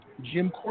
Jim